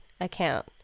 account